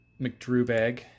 McDrewbag